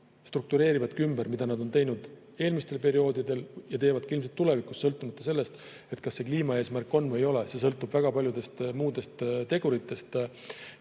struktureerivadki ümber. Seda on nad teinud eelmistel perioodidel ja teevad ilmselt ka tulevikus, sõltumata sellest, kas see kliimaeesmärk on või ei ole. See sõltub väga paljudest muudest teguritest.